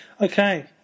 Okay